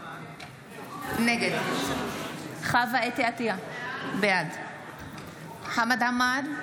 נגד חוה אתי עטייה, בעד חמד עמאר,